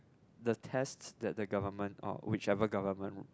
the tests that the government or whichever government